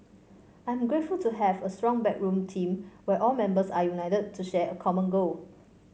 I'm grateful to have a strong backroom team where all members are united to share a common goal